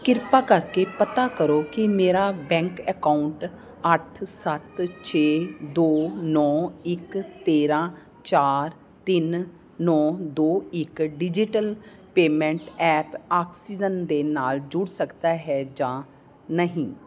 ਕਿਰਪਾ ਕਰਕੇ ਪਤਾ ਕਰੋ ਕਿ ਮੇਰਾ ਬੈਂਕ ਅਕਾਊਂਟ ਅੱਠ ਸੱਤ ਛੇ ਦੋ ਨੌਂ ਇੱਕ ਤੇਰਾਂ ਚਾਰ ਤਿੰਨ ਨੌਂ ਦੋ ਇੱਕ ਡਿਜੀਟਲ ਪੇਮੈਂਟ ਐਪ ਆਕਸੀਜਨ ਦੇ ਨਾਲ ਜੁੜ ਸਕਦਾ ਹੈ ਜਾਂ ਨਹੀਂ